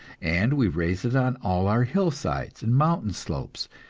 and we raise it on all our hillsides and mountain slopes,